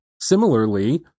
Similarly